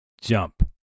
jump